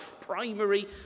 primary